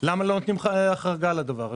אז למה לא נותנים החרגה לדבר הזה?